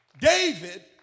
David